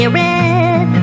red